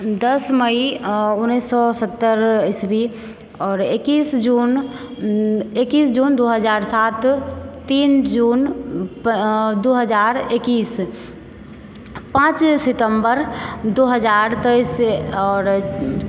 दश मइ अऽ उन्नैस सए सत्तर ईसवी आओर एकैस जून एकैस जून दू हजार सात तीन जून दू हजार एकैस पाँच सितम्बर दू हजार तेइस से आओर